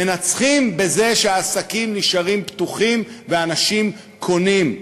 מנצחים בזה שהעסקים נשארים פתוחים ואנשים קונים.